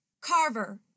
Carver